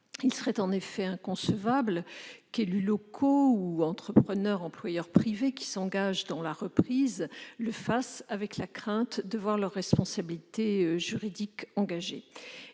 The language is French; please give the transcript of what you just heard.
Il serait en effet inconcevable qu'élus locaux, entrepreneurs et employeurs privés s'engagent pour la reprise de l'activité avec la crainte de voir leur responsabilité juridique engagée.